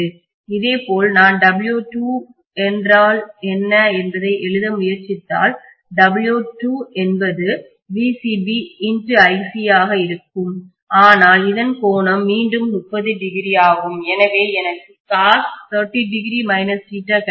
இதேபோல் நான் W2 என்றால் என்ன என்பதை எழுத முயற்சித்தால் W2 என்பது ஆக இருக்கும் ஆனால் இதன் கோணம் மீண்டும் 30ο ஆகும் எனவே எனக்கு கிடைக்க போகிறது